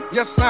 Yes